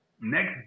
Next